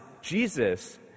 Jesus